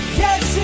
yes